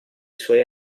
suoi